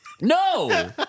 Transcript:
No